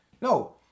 No